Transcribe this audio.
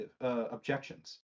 objections